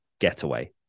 getaway